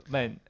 Men